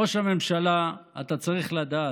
ראש הממשלה, אתה צריך לדעת: